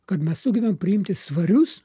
kad mes sugebam priimti svarius